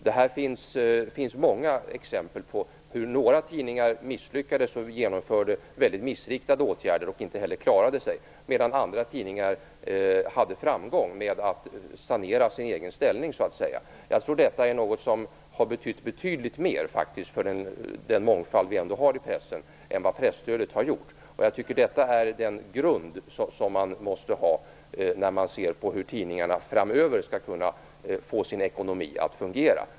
Det finns många exempel på hur några tidningar misslyckades och genomförde missriktade åtgärder. De klarade sig inte heller. Andra tidningar däremot hade framgång med att sanera sin egen ställning, så att säga. Jag tror att detta är något som har betytt betydligt mer för den mångfald vi ändå har i pressen än vad presstödet har gjort. Jag tycker att det är den grund man måste ha när man ser på hur tidningarna framöver skall kunna få sin ekonomi att fungera.